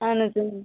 اَہَن حظ اۭں